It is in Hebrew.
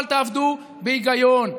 אבל תעבדו בהיגיון,